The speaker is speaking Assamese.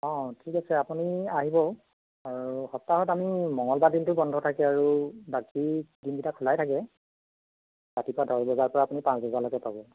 অ' ঠিক আছে আপুনি আহিব আৰু সপ্তাহত আমি মংগলবাৰ দিনটো বন্ধ থাকে আৰু বাকি দিনকেইটা খোলাই থাকে ৰাতিপুৱা দহ বজাৰ পৰা আপুনি পাঁচ বজালৈকে পাব